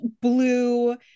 blue